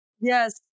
Yes